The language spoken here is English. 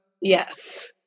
Yes